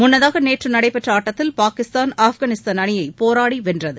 முன்னதாக நேற்றுநடைபெற்றஆட்டத்தில் பாகிஸ்தான் ஆப்கானிஸ்தான் அணியைபோராடிவென்றது